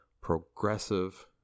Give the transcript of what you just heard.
progressive